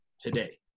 today